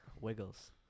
wiggles